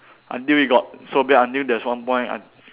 until it got so bad until there's one point I